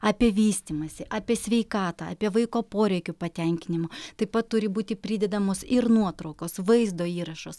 apie vystymąsi apie sveikatą apie vaiko poreikių patenkinimo taip pat turi būti pridedamos ir nuotraukos vaizdo įrašas